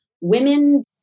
women